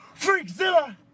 Freakzilla